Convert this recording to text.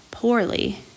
Poorly